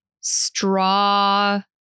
straw